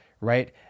right